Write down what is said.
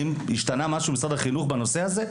האם השתנה משהו ממשרד החינוך בנושא הזה?